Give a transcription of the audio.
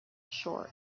short